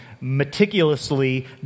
meticulously